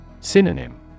Synonym